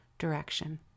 direction